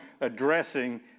addressing